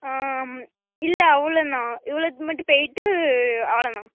இல்லை அவ்வளோ தான் இவ்வளோக்கு மட்டும் போயிட்டு அவ்வளோ தான்